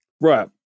Right